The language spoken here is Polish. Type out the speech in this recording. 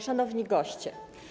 Szanowni Goście!